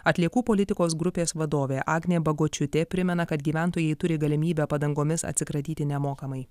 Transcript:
atliekų politikos grupės vadovė agnė bagočiūtė primena kad gyventojai turi galimybę padangomis atsikratyti nemokamai